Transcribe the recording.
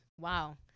wow